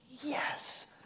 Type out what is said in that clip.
yes